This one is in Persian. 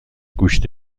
گوشت